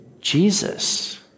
Jesus